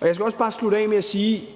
Jeg skal bare slutte af med at sige,